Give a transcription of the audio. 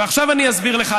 ועכשיו אני אסביר לך.